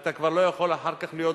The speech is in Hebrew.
אתה כבר לא יכול אחר כך להיות גמיש,